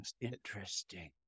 interesting